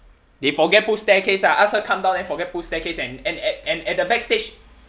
they forget put staircase ah ask her come down then forget put staircase and and and at the backstage